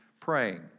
praying